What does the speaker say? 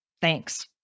thanks